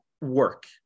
work